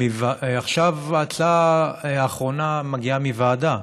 עכשיו ההצעה האחרונה מגיעה מוועדה,